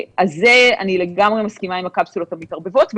אני לגמרי מסכימה לגבי הקפסולות המתערבבות,